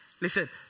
listen